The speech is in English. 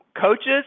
coaches